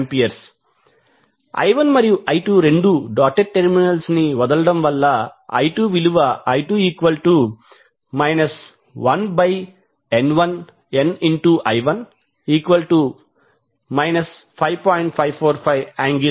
69A I1మరియు I2రెండూ dotted terminals ని వదలడం వలన I2 1nI1 5